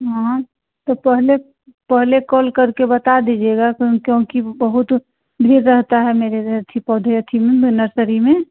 हाँ तो पहले पहले कॉल करके बता दीजिएगा क्यों क्योंकि बहुत ये रहता है मेरे में नर्सरी में